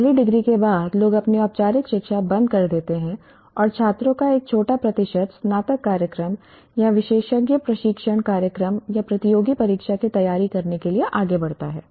पहली डिग्री के बाद लोग अपनी औपचारिक शिक्षा बंद कर देते हैं और छात्रों का एक छोटा प्रतिशत स्नातक कार्यक्रम या विशेषज्ञ प्रशिक्षण कार्यक्रम या प्रतियोगी परीक्षा की तैयारी करने के लिए आगे बढ़ता है